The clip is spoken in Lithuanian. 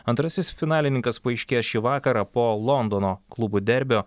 antrasis finalininkas paaiškės šį vakarą po londono klubų derbio